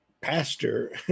pastor